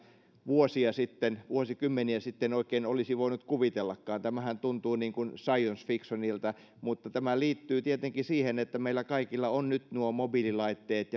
vuosia sitten vuosikymmeniä sitten oikein olisi voinut kuvitellakaan tämähän tuntuu niin kuin science fictionilta mutta tämä liittyy tietenkin siihen että meillä kaikilla on nyt nuo mobiililaitteet